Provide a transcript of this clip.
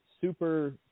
super